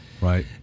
Right